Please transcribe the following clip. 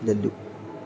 Lallu